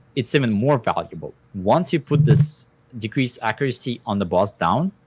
it's even more valuable once you put this decrease accuracy on the boss down,